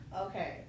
okay